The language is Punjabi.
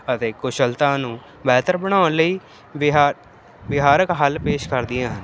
ਅਤੇ ਕੁਸ਼ਲਤਾ ਨੂੰ ਬਿਹਤਰ ਬਣਾਉਣ ਲਈ ਵਿਹਾਰ ਵਿਹਾਰਕ ਹੱਲ ਪੇਸ਼ ਕਰਦੀਆਂ ਹਨ